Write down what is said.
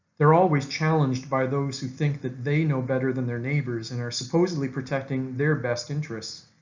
they're always challenged by those who think that they know better than their neighbors and are supposedly protecting their best interests.